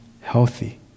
healthy